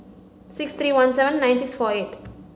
six three one seven nine six four eight